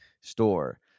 store